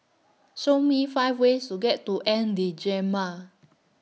Show Me five ways to get to N'Djamena